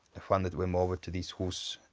ah whan that we moved to this house.